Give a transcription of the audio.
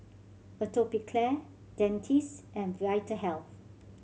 Atopiclair Dentiste and Vitahealth